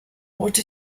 what